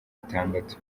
atandatu